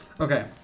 Okay